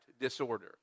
disorder